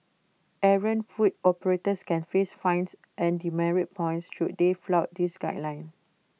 errant food operators can face fines and demerit points should they flout these guidelines